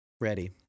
ready